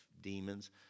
demons